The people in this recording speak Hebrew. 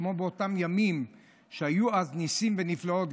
כמו באותם ימים שהיו אז ניסים ונפלאות,